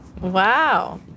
Wow